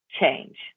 change